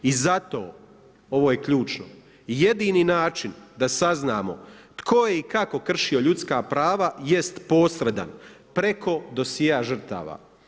I zato, ovo je ključno, jedini način da saznamo tko je i kako kršio ljudska prava jest posredan preko dosjea žrtava.